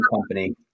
company